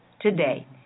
today